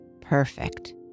Perfect